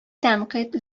тәнкыйть